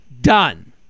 Done